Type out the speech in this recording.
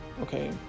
okay